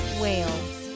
Wales